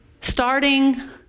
Starting